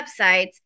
websites